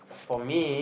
for me